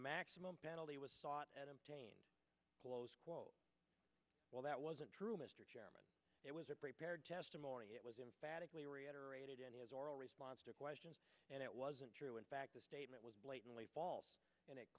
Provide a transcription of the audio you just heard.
maximum penalty was sought and obtained close quote well that wasn't true mr chairman it was a prepared testimony it was emphatically reiterated in his oral response to a question and it wasn't true in fact the statement was blatantly false and it